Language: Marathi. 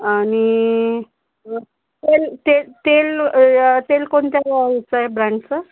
आणि तेल तेल तेल तेल कोणत्या ह्याचं आहे ब्रॅण्डचं